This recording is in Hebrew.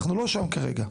אבל לא על זה הדיון כרגע.